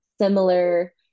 similar